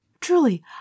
Truly